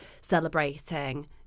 celebrating